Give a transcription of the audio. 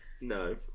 No